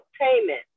payment